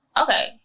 Okay